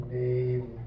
name